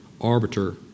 arbiter